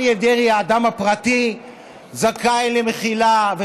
אריה דרעי האדם הפרטי זכאי למחילה,